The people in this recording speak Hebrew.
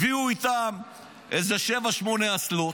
הביאו איתם איזה שבע-שמונה אסלות,